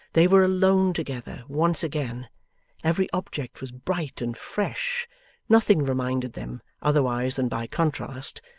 they were alone together, once again every object was bright and fresh nothing reminded them, otherwise than by contrast,